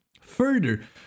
Further